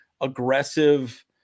aggressive